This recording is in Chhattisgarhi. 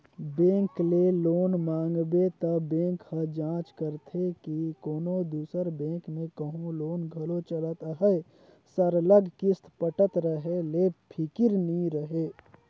बेंक ले लोन मांगबे त बेंक ह जांच करथे के कोनो दूसर बेंक में कहों लोन घलो चलत अहे सरलग किस्त पटत रहें ले फिकिर नी रहे